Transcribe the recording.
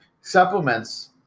Supplements